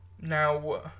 Now